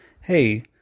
hey